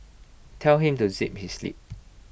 tell him to zip his lip